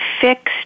fixed